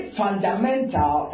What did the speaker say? fundamental